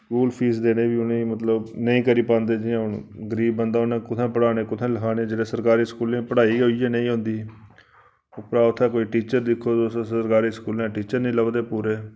school fees देने बी उ'नें ई मतलब नेईं करी पांदे जियां हून गरीब बंदा उ'न्ने कुत्थै पढ़ाने कुत्थां लखाने जिसलै सरकारी स्कूलें पढ़ाई गै उ'यै नेईं होंदी उप्परा उत्थै कोई टीचर दिक्खो सरकारी स्कूलें टीचर निं लभदे पूरे